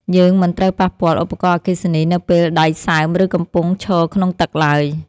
យើងមិនត្រូវប៉ះពាល់ឧបករណ៍អគ្គិសនីនៅពេលដៃសើម ឬកំពុងឈរក្នុងទឹកឡើយ។